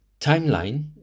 timeline